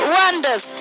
wonders